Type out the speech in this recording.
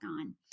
on